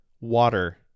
water